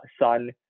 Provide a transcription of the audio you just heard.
son